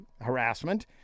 harassment